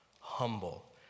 humble